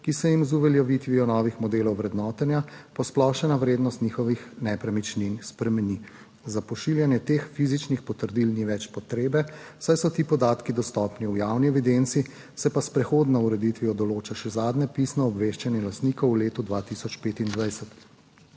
ki se jim z uveljavitvijo novih modelov vrednotenja posplošena vrednost njihovih nepremičnin spremeni. Za pošiljanje teh fizičnih potrdil ni več potrebe, saj so ti podatki dostopni v javni evidenci, se pa s prehodno ureditvijo določa še zadnje pisno obveščanje lastnikov v letu 2025.